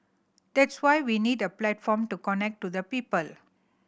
that's why we need a platform to connect to the people